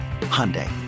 Hyundai